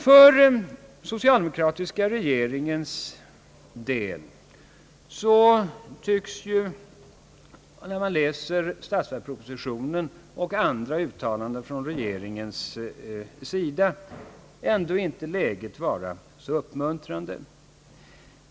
För socialdemokratiska regeringens del tycks, när man läser statsverkspropositionen och andra uttalanden från regeringens sida däremot, läget inte vara så uppmuntrande.